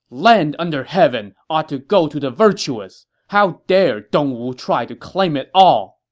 land under heaven ought to go to the virtuous! how dare dongwu try to claim it all!